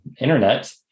internet